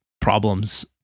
problems